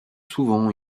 souvent